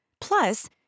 Plus